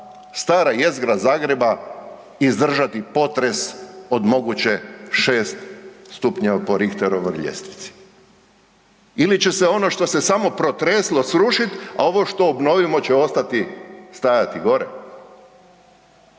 stara jezgra Zagreba izdržati potres od moguće 6 stupnjeva po Rihterovoj ljestvici ili će se ono što se samo protreslo srušit, a ovo što obnovimo će ostati stajati gore.